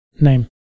name